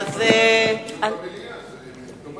זאת הצעה